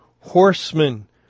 horsemen